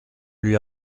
lui